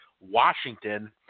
Washington